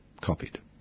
copied